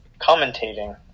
commentating